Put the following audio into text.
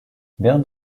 während